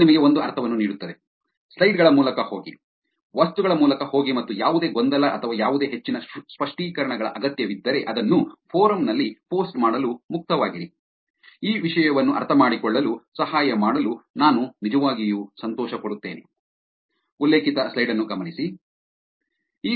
ಇದು ನಿಮಗೆ ಒಂದು ಅರ್ಥವನ್ನು ನೀಡುತ್ತದೆ ಸ್ಲೈಡ್ ಗಳ ಮೂಲಕ ಹೋಗಿ ವಸ್ತುಗಳ ಮೂಲಕ ಹೋಗಿ ಮತ್ತು ಯಾವುದೇ ಗೊಂದಲ ಅಥವಾ ಯಾವುದೇ ಹೆಚ್ಚಿನ ಸ್ಪಷ್ಟೀಕರಣಗಳ ಅಗತ್ಯವಿದ್ದರೆ ಅದನ್ನು ಫೋರಂ ನಲ್ಲಿ ಪೋಸ್ಟ್ ಮಾಡಲು ಮುಕ್ತವಾಗಿರಿ ಈ ವಿಷಯವನ್ನು ಅರ್ಥಮಾಡಿಕೊಳ್ಳಲು ಸಹಾಯ ಮಾಡಲು ನಾನು ನಿಜವಾಗಿಯೂ ಸಂತೋಷಪಡುತ್ತೇನೆ